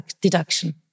deduction